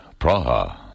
Praha